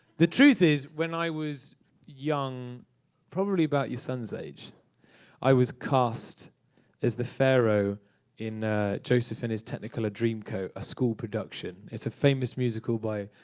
the truth is, when i was young probably about your son's age i was cast as the pharaoh in joseph and his technicolor dreamcoat, a school production. it's a famous musical by